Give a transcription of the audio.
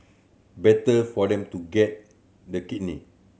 better for them to get the kidney